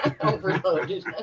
overloaded